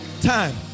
time